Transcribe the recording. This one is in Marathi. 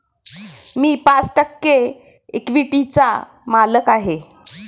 मी पाच टक्के इक्विटीचा मालक आहे